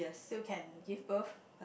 still can give birth